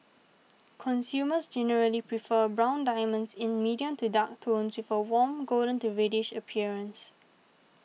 consumers generally prefer brown diamonds in medium to dark tones with a warm golden to reddish appearance